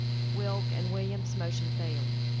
wilk, and williams, motion failed.